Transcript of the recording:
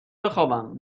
بخابم